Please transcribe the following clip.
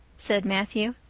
said matthew.